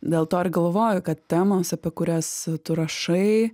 dėl to ir galvoju kad temos apie kurias tu rašai